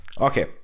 Okay